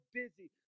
busy